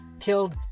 killed